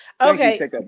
Okay